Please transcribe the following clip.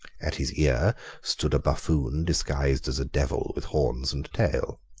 at his ear stood a buffoon disguised as a devil with horns and tail.